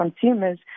consumers